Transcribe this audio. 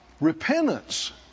repentance